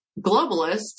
globalists